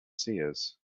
seers